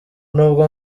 nubwo